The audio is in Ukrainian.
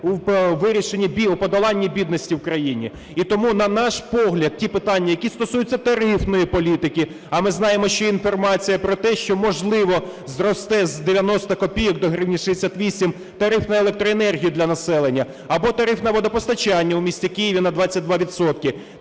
проблеми у подоланні бідності в країні. І тому, на наш погляд, ті питання, які стосуються тарифної політики, – а ми знаємо, що є інформація про те, що, можливо, зросте з 90 копійок до гривні 68 тариф на електроенергію для населення або тариф на водопостачання у місті Києві на 22